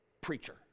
preacher